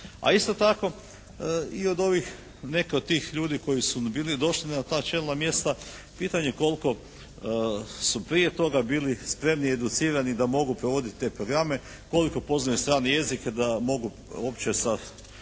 A isto tako i od ovih, neki od tih ljudi koji su bili došli na ta čelna mjesta, pitanje je koliko su prije toga bili spremni i educirani da mogu provoditi te programe, koliko poznaju strani jezik da mogu uopće sa